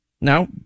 Now